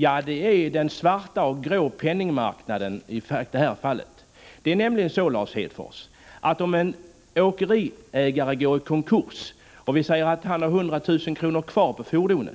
Jo, den svarta och grå penningmarknaden. Låt oss anta att det förhåller sig på följande sätt, Lars Hedfors: En åkeriägare går i konkurs och har exempelvis 100 000 kr. kvar att betala på ett fordon.